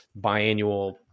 biannual